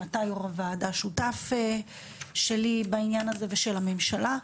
אתה יושב ראש הוועדה שותף שלי בעניין הזה ושל הממשלה.